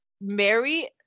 mary